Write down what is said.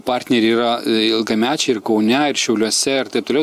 partneriai yra ilgamečiai ir kaune ir šiauliuose ir taip toliau